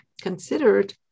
considered